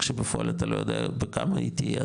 שבפועל אתה לא יודע בכמה היא תהיה,